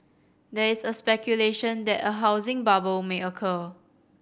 there is speculation that a housing bubble may occur